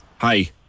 Hi